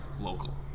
local